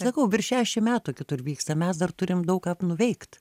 sakau virš šeašim metų kitur vyksta mes dar turim daug ką nuveikt